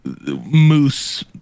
moose